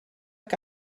que